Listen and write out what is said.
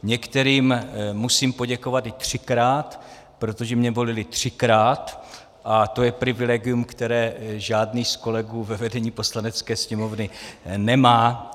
Některým musím poděkovat i třikrát, protože mě volili třikrát a to je privilegium, které žádný z kolegů ve vedení Poslanecké sněmovny nemá.